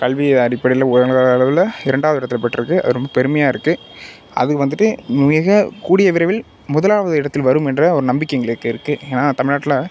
கல்வி அடிப்படையில் உலகளவில் இரண்டாவது இடத்தை பெற்றுருக்குது அது ரொம்ப பெருமையாக இருக்குது அது வந்துட்டு மிக கூடிய விரைவில் முதலாவது இடத்தில் வரும் என்ற ஒரு நம்பிக்கை எங்களுக்கு இருக்குது ஏன்னா தமிழ்நாட்டில்